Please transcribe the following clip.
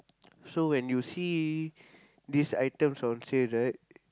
so when you see these items on sale right